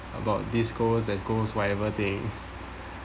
about this goes as goes whatever thing